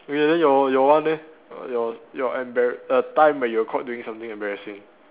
okay then your your one leh your your embar~ a time when you're caught doing something embarrassing